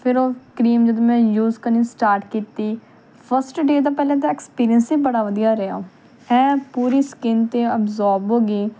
ਫਿਰ ਉਹ ਕਰੀਮ ਜਦੋਂ ਮੈਂ ਯੂਜ ਕਰਨੀ ਸਟਾਰਟ ਕੀਤੀ ਫਸਟ ਡੇ ਤਾਂ ਪਹਿਲਾਂ ਤਾਂ ਐਕਸਪੀਰੀਅਸ ਸੀ ਬੜਾ ਵਧੀਆ ਰਿਹਾ ਐਹ ਪੂਰੀ ਸਕਿੰਨ 'ਤੇ ਅਬਜ਼ੋਬ ਹੋ ਗਈ